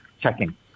checking